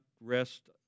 rest